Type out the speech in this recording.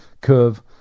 curve